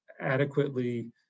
adequately